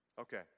Okay